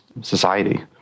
society